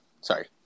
Sorry